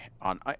on